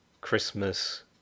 Christmas